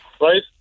right